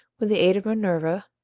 with the aid of minerva,